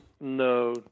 No